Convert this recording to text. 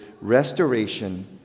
restoration